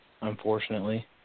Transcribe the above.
unfortunately